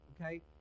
okay